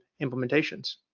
implementations